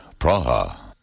Praha